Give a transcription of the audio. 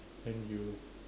and you